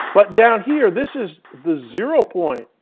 but down here, this is the zero point.